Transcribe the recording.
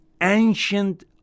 ancient